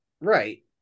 right